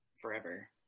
forever